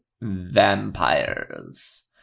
vampires